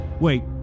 Wait